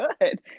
good